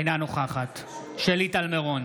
אינה נוכחת שלי טל מירון,